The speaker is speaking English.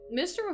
Mr